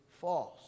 false